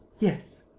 yes.